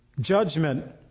judgment